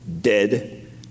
dead